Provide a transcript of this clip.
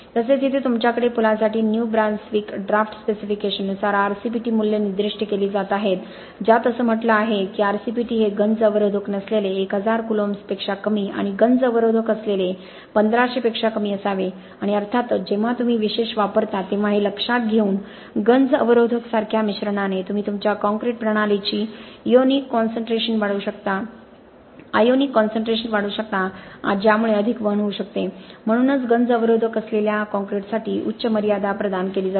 तसेच इथे तुमच्याकडे पुलांसाठी न्यू ब्रन्सविक ड्राफ्ट स्पेसिफिकेशन नुसार RCPT मूल्ये निर्दिष्ट केली जात आहेत ज्यात असे म्हटले आहे की RCPT हे गंज अवरोधक नसलेले 1000 कुलोंब्स पेक्षा कमी आणि गंज अवरोधक असलेले 1500 पेक्षा कमी असावे आणि अर्थातच जेव्हा तुम्ही विशेष वापरता तेव्हा हे लक्षात घेऊन गंज अवरोधक सारख्या मिश्रणाने तुम्ही तुमच्या काँक्रीट प्रणालीची एयोनिक कोंसंनट्रेशन वाढवू शकता ज्यामुळे अधिक वहन होऊ शकते म्हणूनच गंज अवरोधक असलेल्या काँक्रीटसाठी उच्च मर्यादा प्रदान केली जाते